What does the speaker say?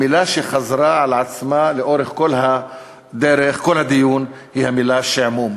המילה שחזרה על עצמה לאורך כל הדיון היא המילה "שעמום",